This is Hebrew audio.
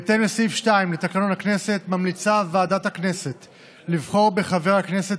בהתאם לסעיף 2 לתקנון הכנסת ממליצה ועדת הכנסת לבחור בחבר הכנסת